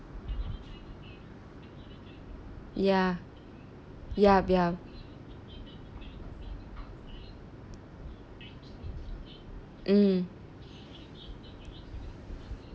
ya yup yup mm